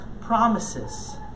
promises